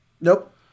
Nope